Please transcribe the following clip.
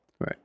Right